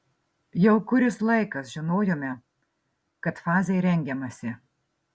jau kuris laikas žinojome kad fazei rengiamasi